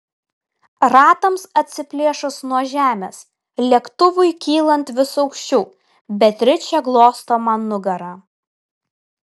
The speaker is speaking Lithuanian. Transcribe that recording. ratams atsiplėšus nuo žemės lėktuvui kylant vis aukščiau beatričė glosto man nugarą